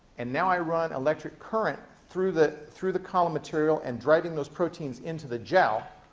and now i run electric current through the through the column material and driving those proteins into the gel,